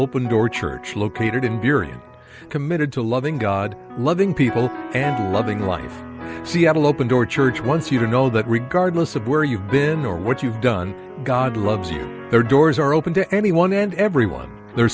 open door church located in during committed to loving god loving people and loving life she had an open door church once you to know that regardless of where you've been or what you've done god loves you there doors are open to anyone and everyone their